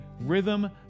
rhythm